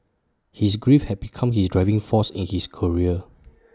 his grief had become his driving force in his career